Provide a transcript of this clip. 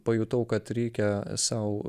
pajutau kad reikia sau